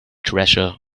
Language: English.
treasure